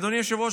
אדוני היושב-ראש,